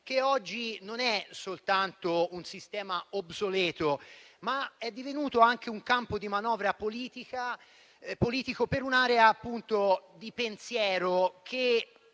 che oggi non è soltanto obsoleto, ma è divenuto anche un campo di manovra politico per un'area di pensiero che